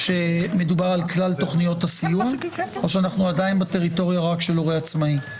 שמדובר על כלל תכניות הסיוע או שאנחנו עדיין בטריטוריה רק של הורה עצמאי.